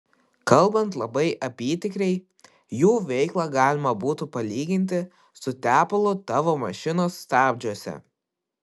kalbant labai apytikriai jų veiklą galima būtų palyginti su tepalu tavo mašinos stabdžiuose